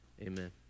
Amen